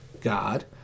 God